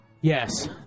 yes